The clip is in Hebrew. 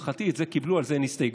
לשמחתי, את זה קיבלו, על זה אין הסתייגות.